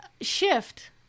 shift